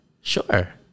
Sure